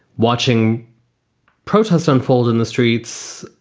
watching protests unfold in the streets,